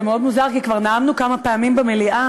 זה מאוד מוזר כי כבר נאמנו כמה פעמים במליאה,